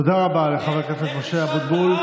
תודה רבה לחבר הכנסת משה אבוטבול.